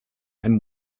ein